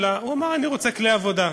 אלא הוא אמר: אני רוצה כלי עבודה.